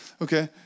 Okay